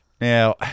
Now